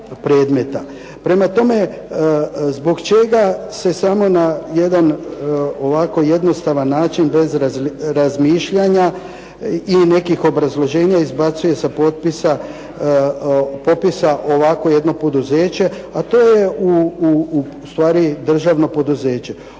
Prema tome, zbog čega se samo na jedan ovako jednostavan način bez razmišljanja i nekih obrazloženja izbacuje sa popisa ovakvo jedno poduzeće, a to je ustvari državno poduzeće.